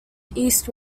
east